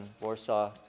Warsaw